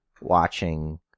watching